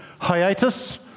hiatus